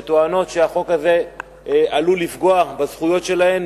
שטוענות שהחוק הזה עלול לפגוע בזכויות שלהן,